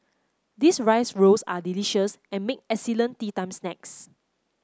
these rice rolls are delicious and make excellent teatime snacks